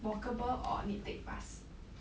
walkable or need take bus